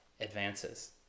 advances